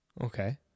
Okay